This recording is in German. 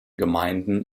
gemeinden